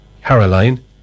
Caroline